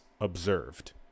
observed